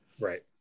Right